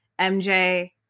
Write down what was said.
mj